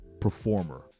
performer